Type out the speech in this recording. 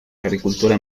agricultura